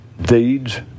Deeds